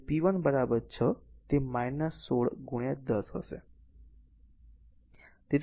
તેથી p 1 6 તે 16 10 હશે